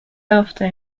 after